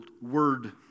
word